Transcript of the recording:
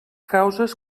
causes